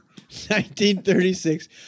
1936